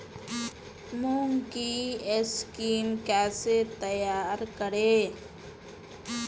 मूंग की किस्म कैसे तैयार करें?